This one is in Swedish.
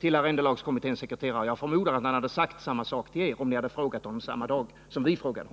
till arrendelagskommitténs sekreterare hade ni kunnat få precis samma svar. Jag förmodar att han hade sagt samma sak till er om ni hade frågat honom samma dag som vi frågade.